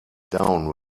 down